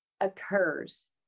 occurs